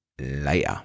later